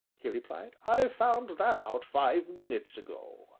he replied, i found that out five minutes ago.